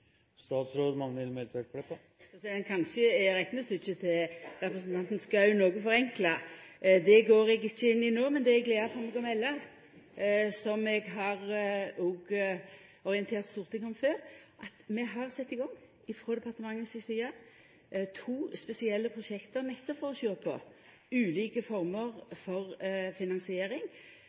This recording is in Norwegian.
Kanskje er reknestykket til representanten Schou noko forenkla. Det går eg ikkje inn i no, men det er ei glede for meg å melda – som eg har orientert Stortinget om før – at vi frå departementet si side har sett i gang to spesielle prosjekt, nettopp for å sjå på ulike former for finansiering.